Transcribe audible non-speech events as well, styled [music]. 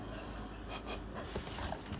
[laughs]